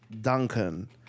Duncan